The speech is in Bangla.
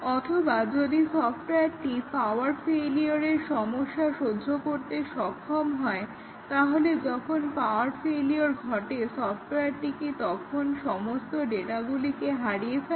অথবা যদি সফটওয়্যারটি পাওয়ার ফেইলিওরের সমস্যা সহ্য করতে সক্ষম হয় তাহলে যখন পাওয়ার ফেলিওর ঘটে সফটওয়ারটি কি তখন সমস্ত ডাটাগুলিকে হারিয়ে ফেলে